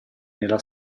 nella